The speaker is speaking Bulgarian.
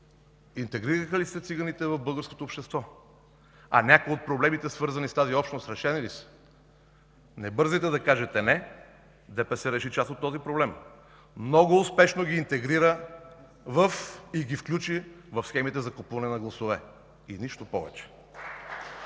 интегрираха ли се циганите в българското общество? А някои от проблемите, свързани с тази общност, решени ли са? Не бързайте да кажете: „Не”! ДПС реши част от този проблем – много успешно ги интегрира и ги включи в схемите за купуване на гласове. И нищо повече!